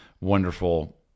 wonderful